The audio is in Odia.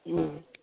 ହୁଁ